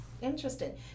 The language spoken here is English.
interesting